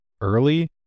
early